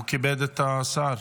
והוא כיבד את השר.